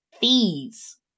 fees